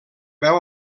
veu